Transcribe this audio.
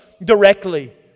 directly